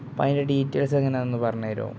അപ്പം അതിൻ്റെ ഡീറ്റെയിൽസ് എങ്ങനെയാണെന്നു പറഞ്ഞു തരുമോ